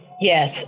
Yes